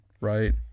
right